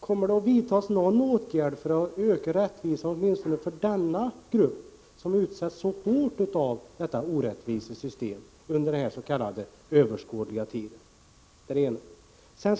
Kommer det att vidtas någon åtgärd för att öka rättvisan, åtminstone för denna grupp, som drabbats så hårt av detta orättvisa system, under den ”överskådliga” tiden? Det var det ena.